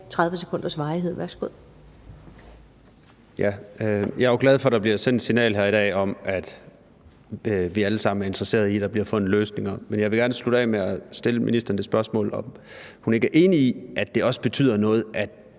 Christoffer Aagaard Melson (V): Jeg er jo glad for, at der bliver sendt et signal her i dag om, at vi alle sammen er interesserede i, at der bliver fundet løsninger, men jeg vil gerne slutte af med at stille ministeren det spørgsmål, om hun ikke er enig i, at det også betyder noget, at